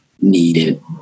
needed